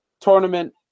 tournament